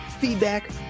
feedback